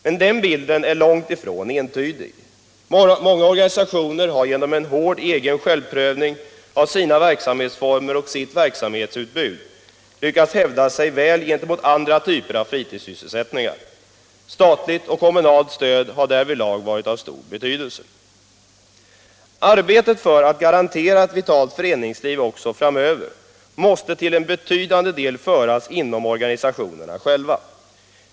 Men bilden är långt ifrån entydig. Många organisationer har genom hård självprövning av sina verksamhetsformer och sitt verksamhetsutbud lyckats hävda sig väl gentemot andra typer av fritidssysselsättningar. Statligt och kommunalt stöd har därvidlag varit av stor betydelse. Arbetet för att garantera ett vitalt föreningsliv också framöver måste till en betydande del utföras inom organisationerna själva.